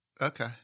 okay